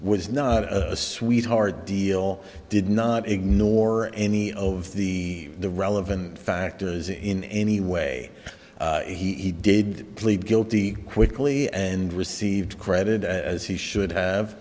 was not a sweetheart deal did not ignore any of the the relevant fact in any way he did plead guilty quickly and received credit as he should have